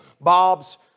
Bob's